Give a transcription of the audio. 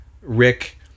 Rick